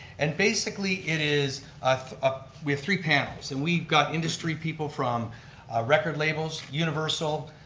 and basically it is, um ah we have three panels. and we've got industry people from record labels, universal,